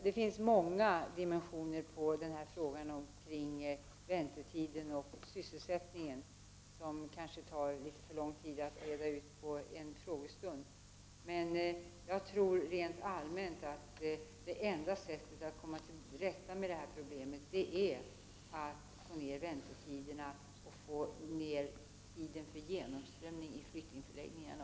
Det finns många dimensioner på frågan om väntetiden och sysselsättningen, som det tar för lång tid att reda ut under en frågestund, men jag tror rent allmänt att det enda sättet att komma till rätta med detta problem är att få ned väntetiderna och även tiden för genomströmningen i flyktingförläggningarna.